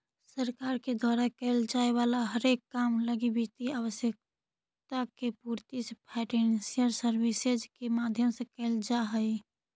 सरकार के द्वारा कैल जाए वाला हरेक काम लगी वित्तीय आवश्यकता के पूर्ति फाइनेंशियल सर्विसेज के माध्यम से कैल जा हई